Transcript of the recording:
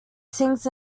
sings